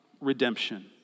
redemption